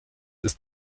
ist